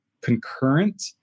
concurrent